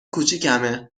کوچیکمه